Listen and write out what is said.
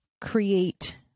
create